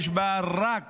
יש בה רק